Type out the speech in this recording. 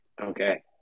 Okay